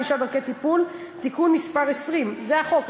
ענישה ודרכי טיפול) (תיקון מס' 20). זה החוק,